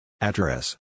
Address